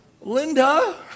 Linda